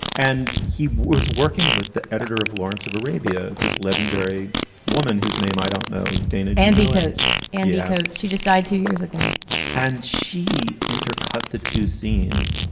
and he was working with the editor of lawrence of arabia, this legendary woman whose name, i don't know, dana advocates and so she just died two years ago and she intercut the two scenes.